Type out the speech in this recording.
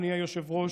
אדוני היושב-ראש,